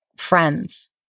Friends